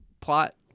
plot